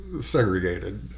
segregated